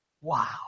Wow